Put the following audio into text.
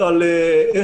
זאת דעתי,